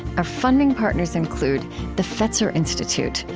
our funding partners include the fetzer institute,